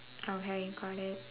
okay got it